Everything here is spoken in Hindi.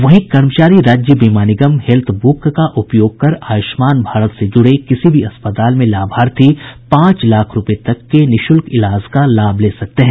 वहीं कर्मचारी राज्य बीमा निगम हेत्थ ब्रुक का उपयोग कर आयुष्मान भारत से जुड़े किसी भी अस्पताल में लाभार्थी पांच लाख रूपये तक के निःशुल्क इलाज का लाभ ले सकते हैं